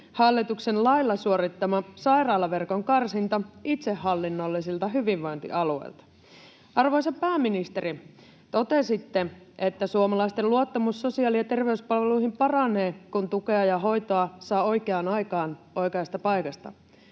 hallituksen lailla suorittama sairaalaverkon karsinta itsehallinnollisilta hyvinvointialueilta. Arvoisa pääministeri! Totesitte, että suomalaisten luottamus sosiaali- ja terveyspalveluihin paranee, kun tukea ja hoitoa saa oikeaan aikaan oikeasta paikasta.